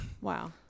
Wow